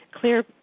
clear